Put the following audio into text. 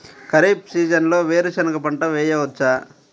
ఖరీఫ్ సీజన్లో వేరు శెనగ పంట వేయచ్చా?